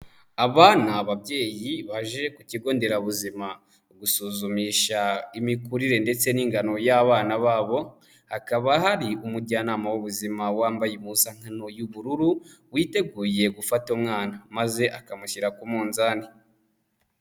Aba ni ababyeyi baje ku kigo nderabuzima gusuzumisha imikurire ndetse n'ingano y'abana babo, hakaba hari umujyanama w'ubuzima wambaye impuzankano y'ubururu witeguye gufata umwana maze akamushyira ku munzani.